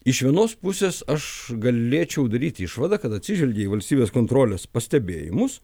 iš vienos pusės aš galėčiau daryti išvadą kad atsižvelgė į valstybės kontrolės pastebėjimus